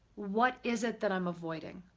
what is it that i'm avoiding?